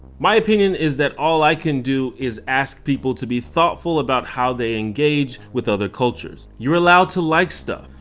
my opinion is that all i can do is ask people to be thoughtful about how they engage with other cultures. you're allowed to like stuff.